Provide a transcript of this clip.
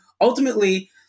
ultimately